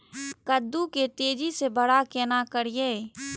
कद्दू के तेजी से बड़ा केना करिए?